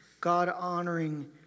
God-honoring